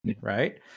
right